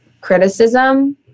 criticism